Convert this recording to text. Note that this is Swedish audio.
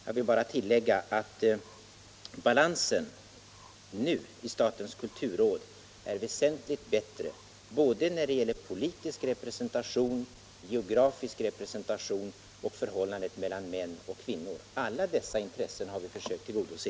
Jag vill bara tillägga att balansen i statens kulturråd nu är väsentligt bättre när det gäller såväl politisk och geografisk presentation som förhållandet mellan män och kvinnor. Alla dessa intressen har vi försökt att tillgodose.